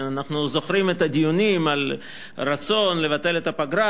אנחנו זוכרים את הדיונים על הרצון לבטל את הפגרה,